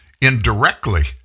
indirectly